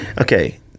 Okay